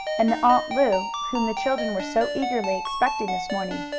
and the aunt lu whom the children were so eagerly expecting this morning.